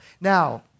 Now